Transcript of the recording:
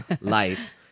Life